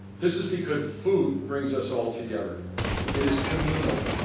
this is because food brings us all together it is communal,